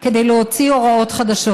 כדי להוציא הוראות חדשות.